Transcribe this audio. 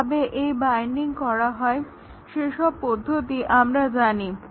কিভাবে এই বাইন্ডিং করা হয় সেসব পদ্ধতি আমরা জানি